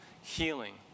healing